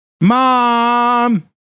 Mom